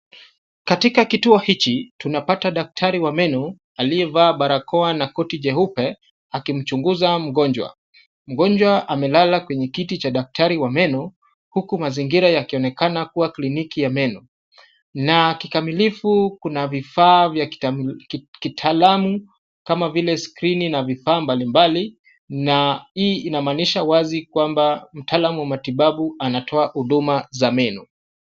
Katika kituo hichi, tunapata daktari wa meno aliyevaa barakoa na koti jeupe akimchunguza mgonjwa. Mgonjwa amelala kwenye kiti cha daktari wa meno, huku mazingira yakionekana kuwa kliniki ya meno na kikamilifu kuna vifaa vya kitaalamu kama vile skrini na vifaa mbalimbali na hii inamaanisha wazi kwamba mtaalamu wa matibabu anatoa huduma za meno.